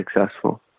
successful